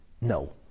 no